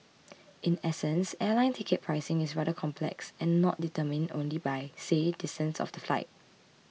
in essence airline ticket pricing is rather complex and not determined only by say distance of the flight